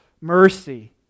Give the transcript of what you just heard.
mercy